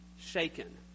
shaken